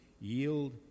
yield